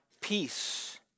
peace